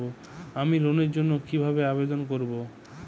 আমি লোনের জন্য কিভাবে আবেদন করব?